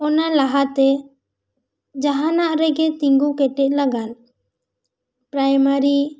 ᱚᱱᱟ ᱞᱟᱦᱟᱛᱮ ᱡᱟᱦᱟᱱᱟᱜ ᱨᱮᱜᱮ ᱛᱤᱸᱜᱩ ᱠᱮᱴᱮᱡ ᱞᱟᱜᱟᱱ ᱯᱨᱟᱭᱢᱟᱹᱨᱤ